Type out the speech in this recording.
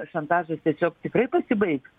šantažas tiesiog tikrai pasibaigs